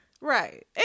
Right